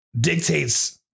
dictates